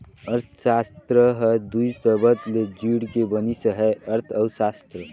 अर्थसास्त्र हर दुई सबद ले जुइड़ के बनिस अहे अर्थ अउ सास्त्र